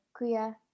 Kuya